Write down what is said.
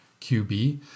QB